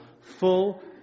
full